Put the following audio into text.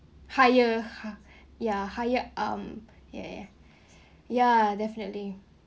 higher ha ya higher um ya ya ya ya definitely